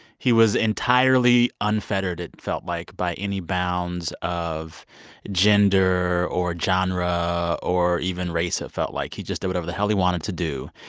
he was entirely unfettered, it felt like, by any bounds of gender or genre or even race, it felt like. he just did whatever the hell he wanted to do.